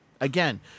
Again